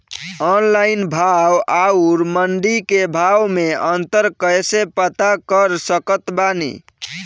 Online भाव आउर मंडी के भाव मे अंतर कैसे पता कर सकत बानी?